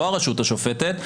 לא הרשות השופטת,